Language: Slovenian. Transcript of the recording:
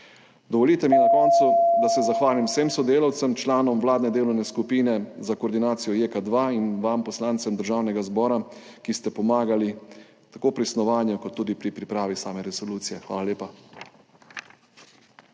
Dovolite mi na koncu, da se zahvalim vsem sodelavcem, članom vladne delovne skupine za koordinacijo JEK2 in vam poslancem Državnega zbora, ki ste pomagali tako pri snovanju kot tudi pri pripravi same resolucije. Hvala lepa.